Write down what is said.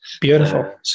Beautiful